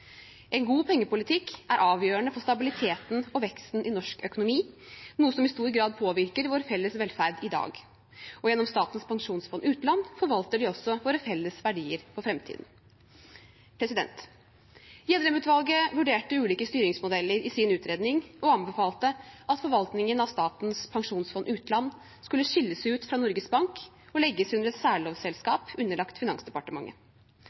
En god pengepolitikk er avgjørende for stabiliteten og veksten i norsk økonomi, noe som i stor grad påvirker vår felles velferd i dag. Gjennom Statens pensjonsfond utland forvalter de også våre felles verdier for framtiden. Gjedrem-utvalget vurderte ulike styringsmodeller i sin utredning og anbefalte at forvaltningen av Statens pensjonsfond utland skulle skilles ut fra Norges Bank og legges under et særlovselskap underlagt Finansdepartementet.